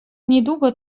niedługo